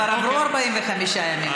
כבר עברו 45 ימים.